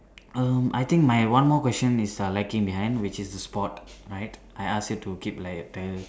um I think my one more question is err lacking behind which is uh sport I ask you to keep later